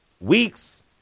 weeks